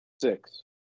Six